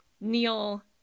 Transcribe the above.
neil